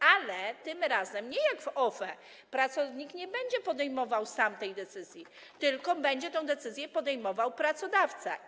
Ale tym razem nie będzie tak jak w OFE - pracownik nie będzie podejmował sam tej decyzji, tylko będzie tę decyzję podejmował pracodawca.